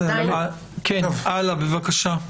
הלאה, בבקשה.